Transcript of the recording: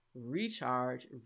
Recharge